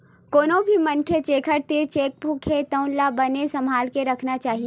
कोनो भी मनखे जेखर तीर चेकबूक हे तउन ला बने सम्हाल के राखना चाही